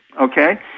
Okay